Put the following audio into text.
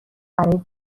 برای